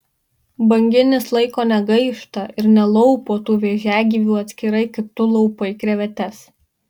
banginis laiko negaišta ir nelaupo tų vėžiagyvių atskirai kaip tu laupai krevetes